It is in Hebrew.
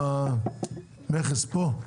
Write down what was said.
נציג המכס פה?